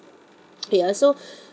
ya so